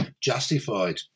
justified